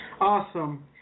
Awesome